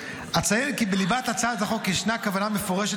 אציין כי בליבת הצעת החוק ישנה כוונה מפורשת